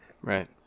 Right